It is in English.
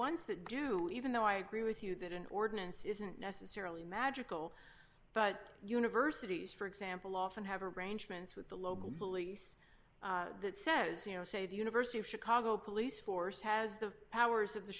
ones that do even though i agree with you that an ordinance isn't necessarily magical but universities for example often have arrangements with the local police that says you know say the university of chicago police force has the powers of the